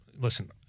Listen